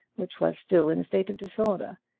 which was still in a state of disorder.